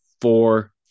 four